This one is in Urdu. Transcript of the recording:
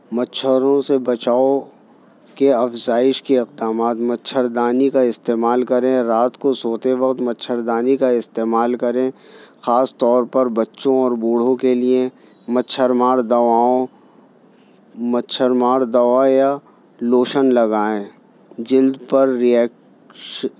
مچھروں سے بچاؤ کے افزائش کے اقدامات مچھردانی کا استعمال کریں رات کو سوتے وقت مچھردانی کا استعمال کریں خاص طور پر بچوں اور بوڑھوں کے لیے مچھر مار دواؤں مچھر مار دوا یا لوشن لگائیں جلد پر ریئکش